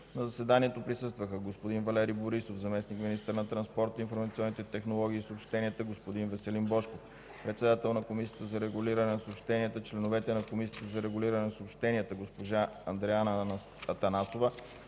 На заседанието присъстваха: господин Валери Борисов – заместник-министър на транспорта, информационните технологии и съобщенията, господин Веселин Божков – председател на Комисията за регулиране на съобщенията, членовете на Комисията за регулиране на съобщенията: госпожа Андреана Атанасова